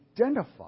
identify